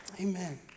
Amen